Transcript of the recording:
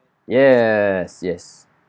yes yes